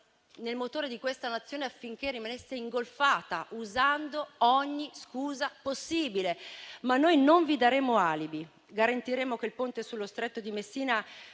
nel motore di questa Nazione affinché rimanesse ingolfata, usando ogni scusa possibile. Ma noi non vi daremo alibi; garantiremo che il Ponte sullo Stretto di Messina